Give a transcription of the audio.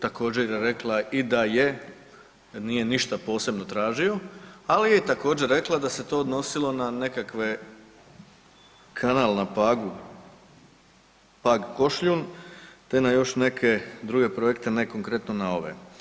Također je rekla i da je, nije ništa posebno tražio ali je i također rekla da se to odnosilo na nekakav kanal na Pagu, Pag – Košljun, te na još neke druge projekte, ne konkretno na ove.